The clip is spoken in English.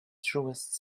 truest